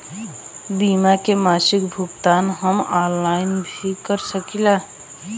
बीमा के मासिक भुगतान हम ऑनलाइन भी कर सकीला?